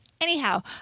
Anyhow